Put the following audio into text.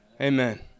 Amen